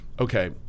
Okay